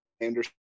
anderson